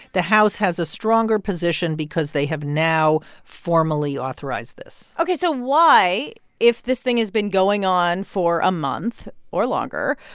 the house has a stronger position because they have now formally authorized this ok. so why if this thing has been going on for a month or longer,